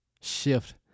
shift